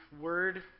word